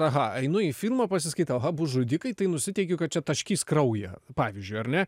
aha einu į filmą pasiskaitau aha bus žudikai tai nusiteikiu kad čia taškys kraują pavyzdžiui ar ne